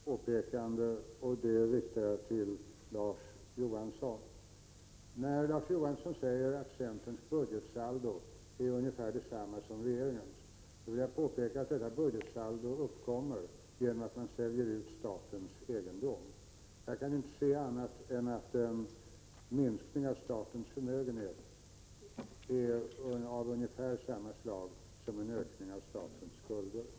Herr talman! Jag vill i denna sena timme bara göra ett påpekande, och det riktar jag till Larz Johansson. När Larz Johansson säger att centerns budgetsaldo är ungefär detsamma som regeringens, vill jag påpeka att centerns budgetsaldo uppkommer genom att man säljer ut statens egendom. Jag kan inte se annat än att en minskning av statens förmögenhet är av ungefär samma slag som en ökning av statens skulder.